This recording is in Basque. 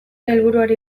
helburuari